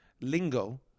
Lingo